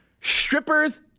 Strippers